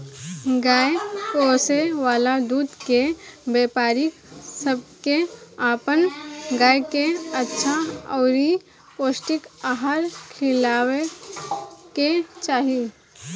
गाय पोसे वाला दूध के व्यापारी सब के अपन गाय के अच्छा अउरी पौष्टिक आहार खिलावे के चाही